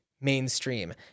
mainstream